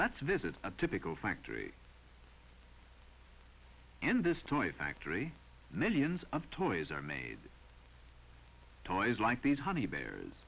let's visit a typical factory in this toy factory millions of toys are made toys like these honey bears